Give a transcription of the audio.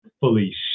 fully